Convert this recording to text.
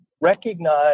recognize